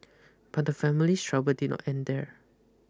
but the family's trouble did not end there